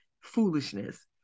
foolishness